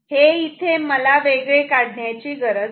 हे इथे हे मला वेगळे काढण्याची गरज नाही